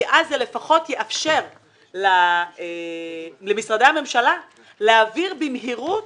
כי אז זה לפחות יאפשר למשרדי הממשלה להעביר במהירות